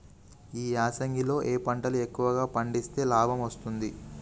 ఈ యాసంగి లో ఏ పంటలు ఎక్కువగా పండిస్తే లాభం వస్తుంది?